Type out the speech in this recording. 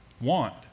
want